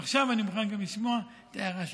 ועכשיו אני מוכן גם לשמוע את ההערה שלך.